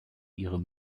ihre